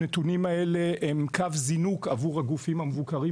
הנתונים האלה הם קו זינוק עבור הגופים המבוקרים,